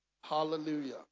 Hallelujah